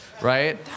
right